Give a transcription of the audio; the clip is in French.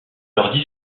leurs